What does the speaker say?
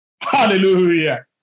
Hallelujah